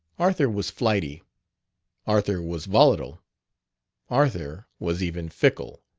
arthur was flighty arthur was volatile arthur was even fickle,